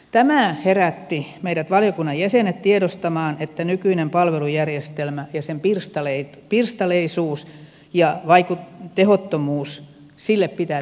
tämä herätti meidät valiokunnan jäsenet tiedostamaan että nykyiselle palvelujärjestelmälle sen pirstaleisuudelle ja tehottomuudelle pitää tehdä jotakin